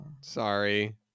Sorry